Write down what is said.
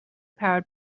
powered